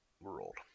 world